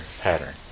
pattern